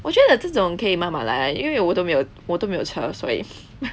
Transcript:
我觉得这种可以慢慢来因为我都没有我都没有车所以